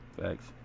Thanks